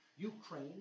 Ukraine